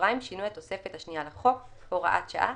(שינוי התוספת השנייה לחוק) (הוראת שעה),